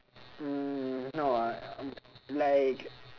mm no like